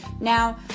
Now